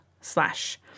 slash